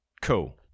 Cool